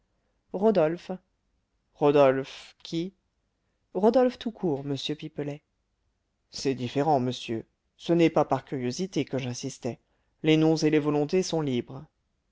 rodolphe rodolphe qui rodolphe tout court monsieur pipelet c'est différent monsieur ce n'est pas par curiosité que j'insistais les noms et les volontés sont libres